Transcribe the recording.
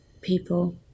people